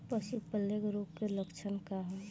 पशु प्लेग रोग के लक्षण का ह?